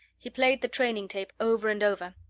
he played the training tape over and over.